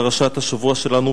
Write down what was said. פרשת השבוע שלנו,